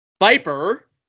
Viper